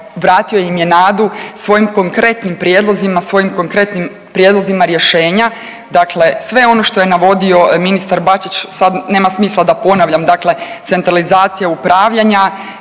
vratio im je nadu svojim konkretnim prijedlozima, svojim konkretnim prijedlozima rješenja, dakle sve ono što je navodio ministar Bačić sad nema smisla da ponavljam, dakle centralizacija upravljanja,